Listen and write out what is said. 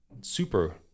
super